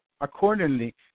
accordingly